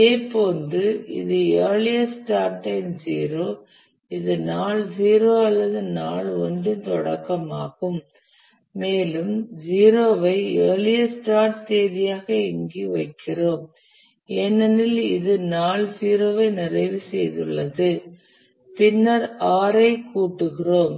இதேபோல் இது earliest start time 0 இது நாள் 0 அல்லது நாள் 1 இன் தொடக்கமாகும் மேலும் 0 ஐ இயர்லியஸ்ட் ஸ்டார்ட் தேதியாக இங்கு வைக்கிறோம் ஏனெனில் இது நாள் 0 ஐ நிறைவு செய்துள்ளது பின்னர் 6 ஐ கூட்டுகிறோம்